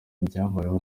ibyambayeho